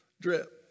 drip